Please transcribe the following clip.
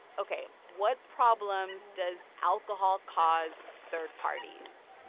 ok, what problems does alcohol cause third parties?